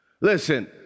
Listen